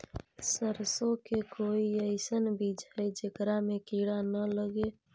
सरसों के कोई एइसन बिज है जेकरा में किड़ा न लगे?